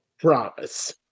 Promise